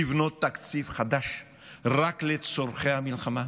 לבנות תקציב חדש רק לצורכי המלחמה,